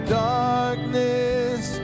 darkness